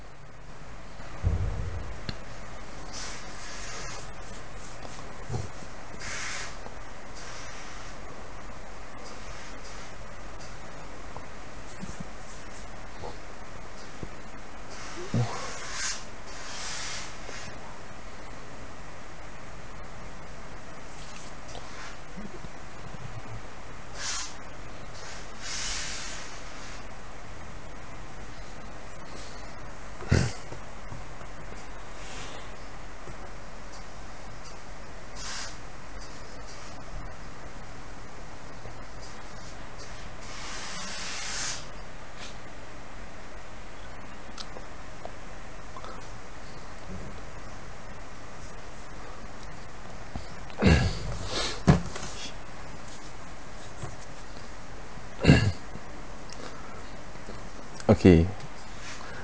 !wah! okay